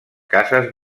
caces